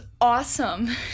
awesome